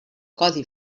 codi